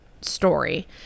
story